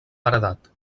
paredat